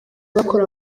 bakora